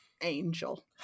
angel